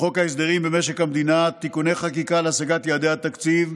לחוק ההסדרים במשק המדינה (תיקוני חקיקה להשגת יעדי התקציב),